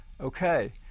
Okay